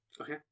Okay